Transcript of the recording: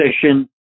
position